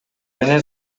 менен